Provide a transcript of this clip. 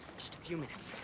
just a few minutes.